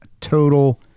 total